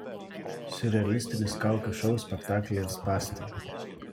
siurrealistinis kaukių šou spektaklyje spąstai